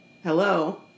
hello